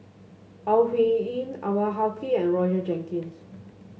Au Hing Yee Anwarul Haque and Roger Jenkins